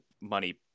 money